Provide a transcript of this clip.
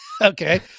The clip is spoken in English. Okay